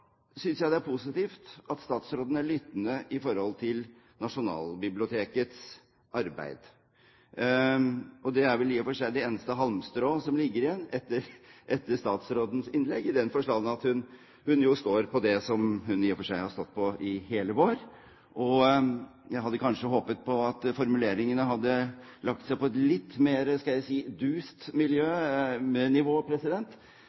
synes jeg det er positivt at statsråden er lyttende til Nasjonalbibliotekets arbeid. Det er vel i og for seg det eneste halmstrå som ligger igjen etter statsrådens innlegg, i den forstand at hun jo står på det hun har stått på i hele vår. Jeg hadde kanskje håpet på at formuleringene hadde lagt seg på et litt mer – skal jeg si – dust